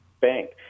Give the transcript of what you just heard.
bank